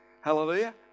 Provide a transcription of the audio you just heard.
Hallelujah